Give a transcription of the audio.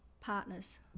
partners